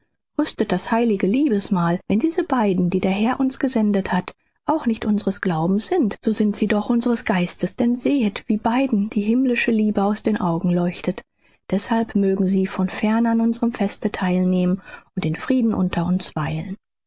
rüstet das heilige liebesmahl wenn diese beiden die der herr uns gesendet hat auch nicht unseres glaubens sind so sind sie doch unseres geistes denn sehet wie beiden die himmlische liebe aus den augen leuchtet deßhalb mögen sie von ferne an unserem feste theilnehmen und in frieden unter uns weilen